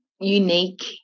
unique